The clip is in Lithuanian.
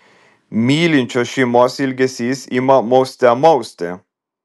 mylinčios šeimos ilgesys ima mauste mausti